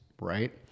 right